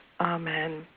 Amen